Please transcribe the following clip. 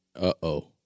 Uh-oh